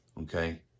Okay